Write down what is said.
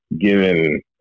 given